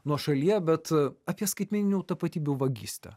nuošalyje bet apie skaitmeninių tapatybių vagystę